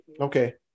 Okay